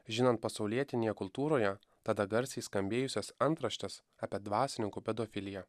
žinant pasaulietinėje kultūroje tada garsiai skambėjusias antraštes apie dvasininkų pedofiliją